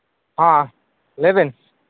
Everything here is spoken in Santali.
ᱦᱮᱸ ᱞᱟᱹᱭᱵᱮᱱ